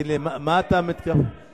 לבין תורת